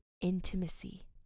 intimacy